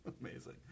Amazing